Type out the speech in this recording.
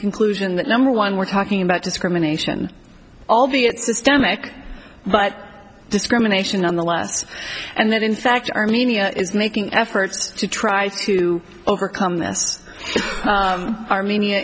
conclusion that number one we're talking about discrimination albeit systemic but discrimination on the last and that in fact armenia is making efforts to try to overcome this armenia